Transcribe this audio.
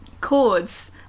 chords